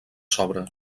sobre